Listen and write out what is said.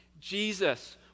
Jesus